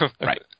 Right